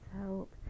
help